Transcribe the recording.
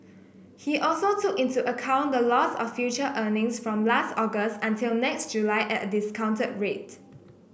he also took into account the loss of future earnings from last August until next July at a discounted rate